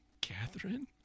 Catherine